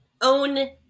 own